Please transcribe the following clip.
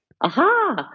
Aha